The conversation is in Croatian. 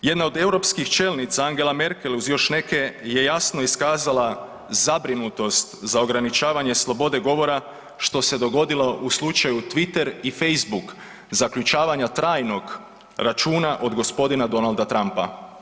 Jedna od europskih čelnica Angela Merkel uz još neke je jasno iskazala zabrinutost za ograničavanje slobode govora što se dogodilo u slučaju Twitter i Facebook zaključavanja trajnog računa od gospodina Donalda Trumpa.